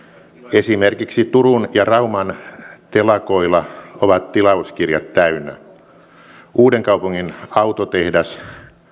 esimerkiksi turun ja rauman telakoilla ovat tilauskirjat täynnä uudenkaupungin autotehdas